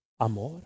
amor